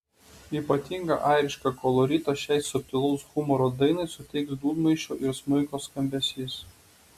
ypatingą airišką koloritą šiai subtilaus humoro dainai suteiks dūdmaišio ir smuiko skambesys